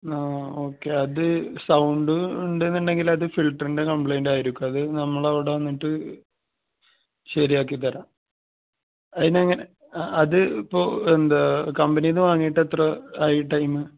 ആ ഓക്കെ അത് സൗണ്ട് ഉണ്ടെന്ന് ഉണ്ടെങ്കിൽ അത് ഫിൽറ്ററിൻ്റെ കംപ്ലൈയിൻറ് ആയിരിക്കും അത് നമ്മൾ അവിടെ വന്നിട്ട് ശരിയാക്കി തരാം അതിന് എങ്ങനെ അത് ഇപ്പോൾ എന്താ കമ്പനിയിൽ നിൻ വാങ്ങിയിട്ട് എത്ര ആയി ടൈം